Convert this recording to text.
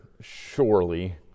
surely